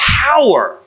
power